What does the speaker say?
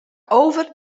over